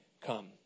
come